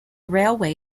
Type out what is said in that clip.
railway